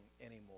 anymore